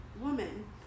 woman